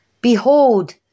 Behold